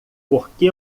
porque